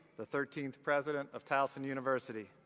the thirteenth president of towson university.